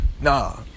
Nah